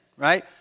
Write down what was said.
right